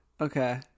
okay